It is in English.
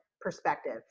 perspective